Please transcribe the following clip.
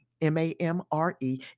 M-A-M-R-E